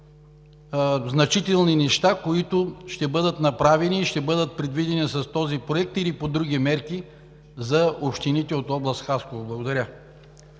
значителни неща ще бъдат направени, ще бъдат предвидени с този проект или по други мерки за общините от област Хасково. Благодаря.